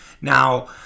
Now